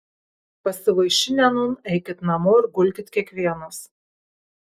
pasivaišinę nūn eikit namo ir gulkit kiekvienas